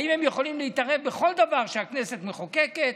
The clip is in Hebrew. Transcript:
האם הם יכולים להתערב בכל דבר שהכנסת מחוקקת?